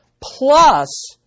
plus